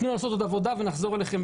תנו לעשות עוד עבודה ונחזור אליכם.